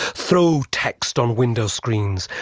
throw text on window screens,